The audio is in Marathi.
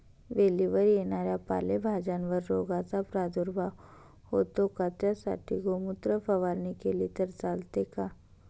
वेलीवर येणाऱ्या पालेभाज्यांवर रोगाचा प्रादुर्भाव होतो का? त्यासाठी गोमूत्र फवारणी केली तर चालते का?